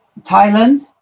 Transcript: Thailand